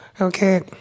okay